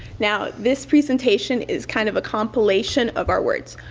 now this presentation is kind of a compilation of our words,